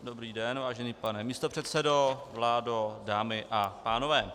Dobrý den, vážený pane místopředsedo, vládo, dámy a pánové.